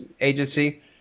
Agency